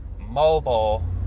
mobile